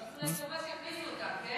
שעשו להם טובה שהכניסו אותם.